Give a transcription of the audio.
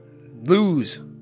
lose